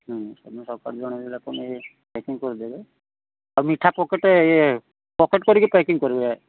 ହ୍ନୁ ମୁଁ ସକାଳେ ଜଣେଇ ଦେଲେ ପେକିଙ୍ଗ କରିଦେବେ ଆଉ ମିଠା ପକେଟ ପକେଟ କରିକି ପେକିଙ୍ଗ କରିକି